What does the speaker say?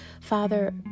Father